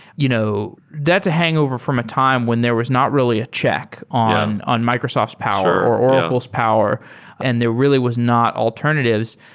you know that's a hangover from a time when there was not really a check on on microsoft's power or oracle's power and there really was not alternatives.